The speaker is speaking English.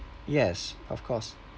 yes of course